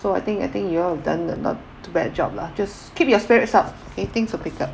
so I think I think you all have done a not too bad job lah just keep your spirits up waiting to pickup